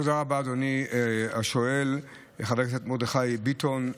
תודה רבה, אדוני השואל, חבר הכנסת מרדכי ביטון.